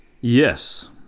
Yes